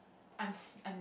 I'm s~ I'm